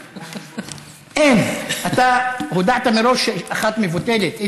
אין, אתה הודעת מראש, אחת מבוטלת.